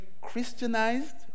Christianized